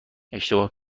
اشتباه